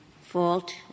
fault